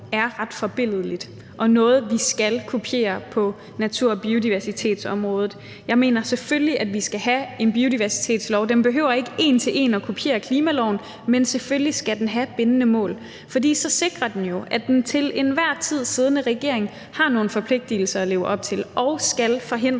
er ret forbilledligt og noget, vi skal kopiere på natur- og biodiversitetsområdet. Jeg mener selvfølgelig, at vi skal have en biodiversitetslov. Den behøver ikke en til en at kopiere klimaloven, men selvfølgelig skal den have bindende mål – for så sikrer den jo, at den til enhver tid siddende regering har nogle forpligtigelser at leve op til og skal forhindre